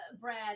Brad